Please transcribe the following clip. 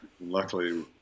Luckily